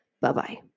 Bye-bye